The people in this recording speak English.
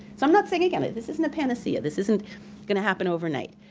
so i'm not saying, again, this isn't a panacea this isn't gonna happen overnight,